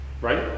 Right